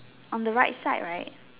on the right side right